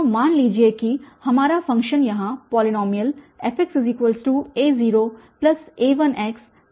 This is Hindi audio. तो मान लीजिए कि हमारा फ़ंक्शन यहाँ पॉलीनॉमियल fxa0a1xa2x2 के साथ है